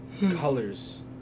colors